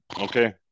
okay